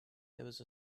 was